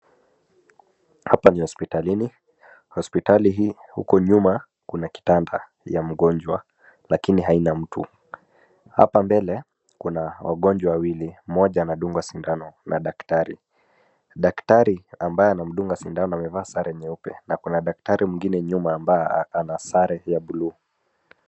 Hapa ni haspitalini, haspitali hii nyuma kuna kitanda ya mgonjwa lakini haina mtu. Hapa mbele kuna wagonjwa wawili, mmoja anadunwa sindano na daktari, daktari ambye anamdunga sindano amevaa sare nyeupe na kuna daktari mwingine nyuma ambaye ana sare ya buluu .